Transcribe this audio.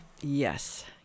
Yes